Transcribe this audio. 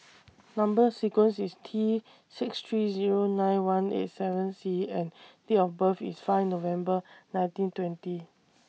Number sequence IS T six three Zero nine one eight seven C and Date of birth IS five November nineteen twenty